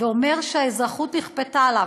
ואומר שהאזרחות נכפתה עליו.